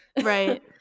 Right